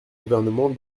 gouvernement